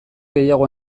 gehiago